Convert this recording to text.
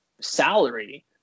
salary